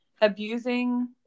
Abusing